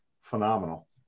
phenomenal